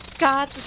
God